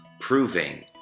proving